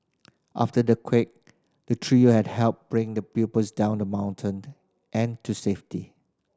after the quake the trio had helped bring the pupils down the mountain and to safety